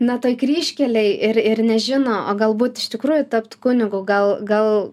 na toj kryžkelėj ir ir nežino o galbūt iš tikrųjų tapt kunigu gal gal